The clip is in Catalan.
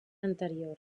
anterior